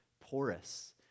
porous